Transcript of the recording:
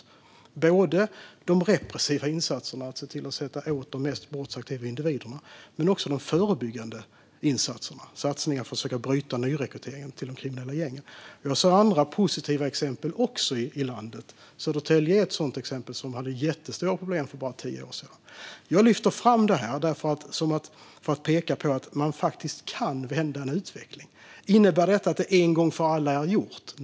Det handlar om repressiva insatser, om att se till att komma åt de mest brottsaktiva individerna, men också om de förebyggande insatserna, satsningar för att försöka bryta nyrekryteringen till de kriminella gängen. Jag ser också andra positiva exempel i landet. Södertälje är ett sådant exempel. De hade jättestora problem för bara tio år sedan. Jag lyfter fram detta för att peka på att man faktiskt kan vända en utveckling. Innebär det att detta en gång för alla är gjort?